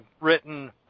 written